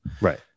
Right